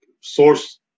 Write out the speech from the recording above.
source